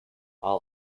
i’ll